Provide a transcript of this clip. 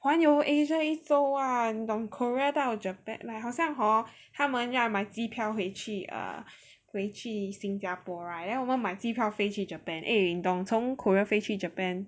玩游 Asia 一周 ah 你懂 Korea 到 Japan like 好像 hor 他们要买机票回去 ah 回去新加坡 right then 我们买机票飞去 Japan eh 你懂从 Korea 飞去 Japan